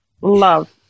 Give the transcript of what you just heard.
love